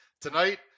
tonight